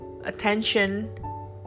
Attention